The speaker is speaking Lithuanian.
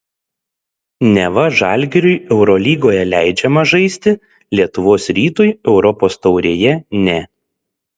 neva žalgiriui eurolygoje leidžiama žaisti lietuvos rytui europos taurėje ne